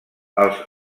els